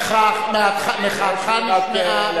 נשמעה, מחאתך נשמעה.